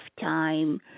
time